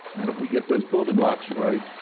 and if we get those building blocks right,